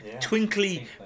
Twinkly